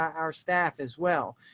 our staff as well.